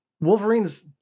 Wolverine's